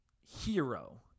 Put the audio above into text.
hero